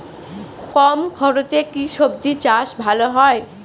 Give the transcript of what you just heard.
কম খরচে কি সবজি চাষ ভালো হয়?